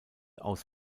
aus